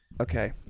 Okay